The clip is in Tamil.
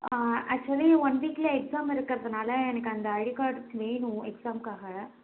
ஆ ஆக்ஷுவலி ஒன் வீக்கில் எக்ஸாம் இருக்கிறதுனால எனக்கு அந்த ஐடி கார்ட் வேணும் எக்ஸாம்காக